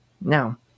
Now